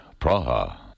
Praha